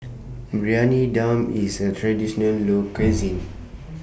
Briyani Dum IS A Traditional Local Cuisine